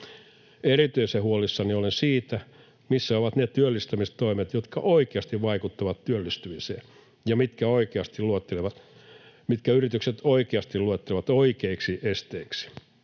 Erityisen huolissani olen siitä, missä ovat ne työllistämistoimet, jotka oikeasti vaikuttavat työllistymiseen ja joita yritykset oikeasti luettelevat oikeiksi esteiksi.